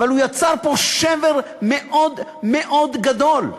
אבל הוא יצר פה שבר מאוד מאוד גדול.